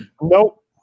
Nope